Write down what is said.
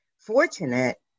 fortunate